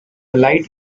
light